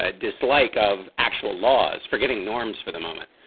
ah dislike of actual laws, forgetting norms for the moment.